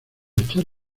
echar